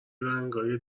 رنگای